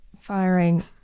firing